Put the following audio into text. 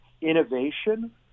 innovation